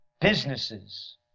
Businesses